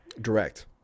direct